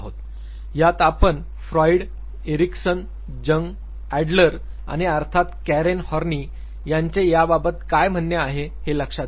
यात आपण Freud Erikson Jung Adler आणि अर्थात कॅरेन हॉर्नी यांचे याबाबत काय म्हणणे आहे हे लक्षात घेऊ